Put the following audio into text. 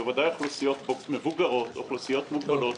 בוודאי אוכלוסיות מבוגרות, אוכלוסיות מוגבלות.